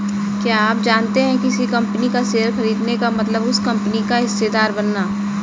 क्या आप जानते है किसी कंपनी का शेयर खरीदने का मतलब उस कंपनी का हिस्सेदार बनना?